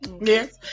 yes